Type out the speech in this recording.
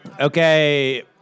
Okay